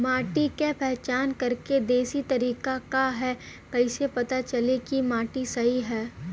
माटी क पहचान करके देशी तरीका का ह कईसे पता चली कि माटी सही ह?